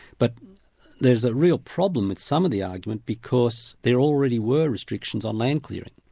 but there's a real problem with some of the argument, because there already were restrictions on land clearing.